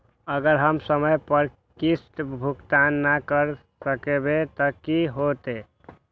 अगर हम समय पर किस्त भुकतान न कर सकवै त की होतै?